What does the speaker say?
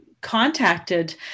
contacted